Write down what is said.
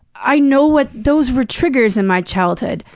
i know what those were triggers in my childhood.